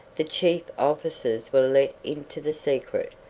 the chief officers were let into the secret,